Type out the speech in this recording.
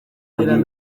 muri